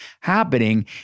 happening